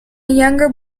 younger